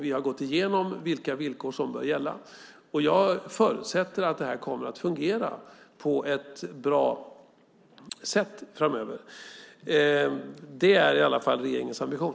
Vi har gått igenom vilka villkor som bör gälla. Jag förutsätter att det här kommer att fungera på ett bra sätt framöver. Det är i alla fall regeringens ambition.